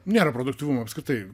nėra produktyvumo apskritai